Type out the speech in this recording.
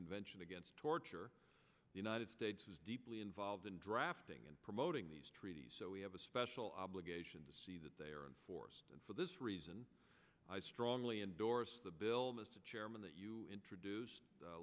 convention against torture the united states is deeply involved in drafting and promoting these treaties so we have a special obligation to see that they are enforced and for this reason i strongly endorse the bill mr chairman that you introduce